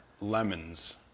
lemons